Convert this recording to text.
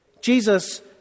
Jesus